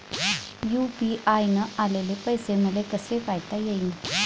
UPI न आलेले पैसे मले कसे पायता येईन?